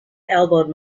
elbowed